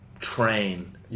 train